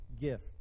gift